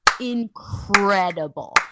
incredible